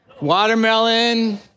Watermelon